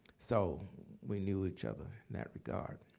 so we knew each other in that regard.